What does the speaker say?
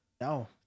No